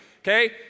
Okay